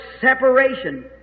separation